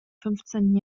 fünfzehnten